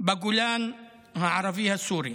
בגולן הערבי הסורי.